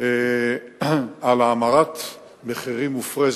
על האמרת מחירים מופרזת.